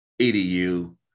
EDU